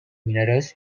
minerals